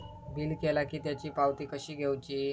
Bill केला की त्याची पावती कशी घेऊची?